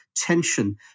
tension